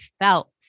felt